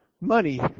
money